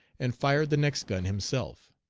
and fired the next gun himself.